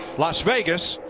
las vegas,